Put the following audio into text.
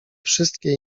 wszystkie